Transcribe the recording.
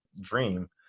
dream